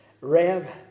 Rev